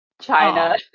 China